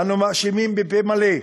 אנו מאשימים בפה מלא את,